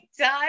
time